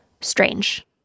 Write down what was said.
strange